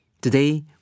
Today